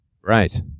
Right